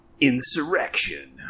Insurrection